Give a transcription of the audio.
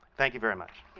thank you very much.